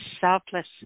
selfless